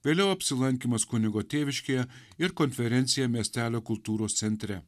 vėliau apsilankymas kunigo tėviškėje ir konferencija miestelio kultūros centre